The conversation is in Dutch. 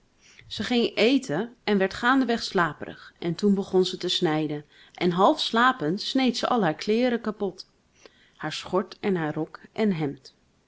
ze ging eten en werd gaandeweg slaperig en toen begon ze te snijden en half slapend sneed ze al haar kleêren kapot haar schort en haar rok en hemd